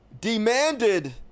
demanded